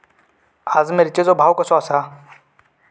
आज मिरचेचो भाव कसो आसा?